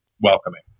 welcoming